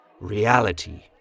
reality